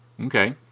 Okay